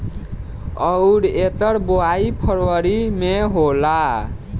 अउर एकर बोवाई फरबरी मे होला